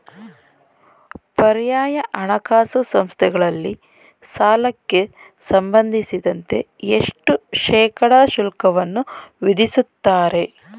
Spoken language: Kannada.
ಪರ್ಯಾಯ ಹಣಕಾಸು ಸಂಸ್ಥೆಗಳಲ್ಲಿ ಸಾಲಕ್ಕೆ ಸಂಬಂಧಿಸಿದಂತೆ ಎಷ್ಟು ಶೇಕಡಾ ಶುಲ್ಕವನ್ನು ವಿಧಿಸುತ್ತಾರೆ?